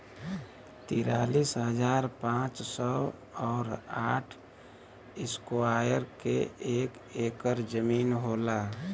तिरालिस हजार पांच सौ और साठ इस्क्वायर के एक ऐकर जमीन होला